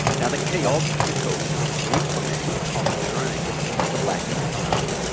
now the key obstacle to implementing the connor dream was a lack of funds.